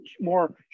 more